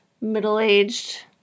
middle-aged